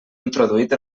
introduït